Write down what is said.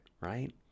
right